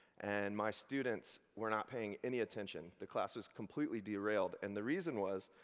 and my students were not paying any attention. the class was completely derailed. and the reason was,